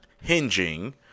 hinging